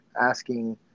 asking